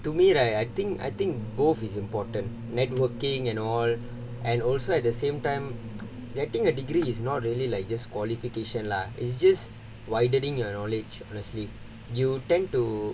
to me right I think I think both is important networking and all and also at the same time getting a degree is not really like just qualification lah it's just widening your knowledge honestly you tend to